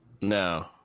No